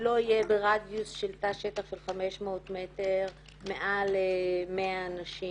שלא יהיה ברדיוס של פני השטח של 500 מטר מעל 100 אנשים.